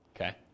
Okay